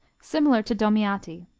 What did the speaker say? similar to domiati.